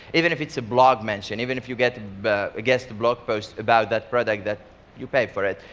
even if it's a blog mention, even if you get but a guest blog post about that product that you pay for it,